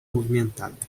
movimentada